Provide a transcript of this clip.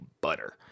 butter